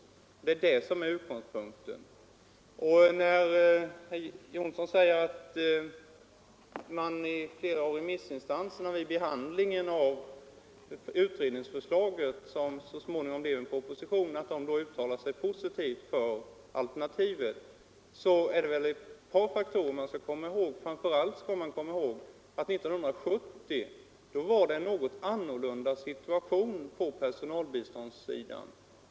Herr Jonsson säger att flera av remissinstanserna var positiva vid behandlingen av utredningsförslaget, som så småningom blev proposition. Men då är det ett par faktorer man skall komma ihåg. Framför allt skall man komma ihåg att det år 1970 var en något annan situation när det gällde personalbiståndet.